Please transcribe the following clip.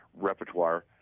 repertoire